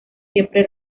siempre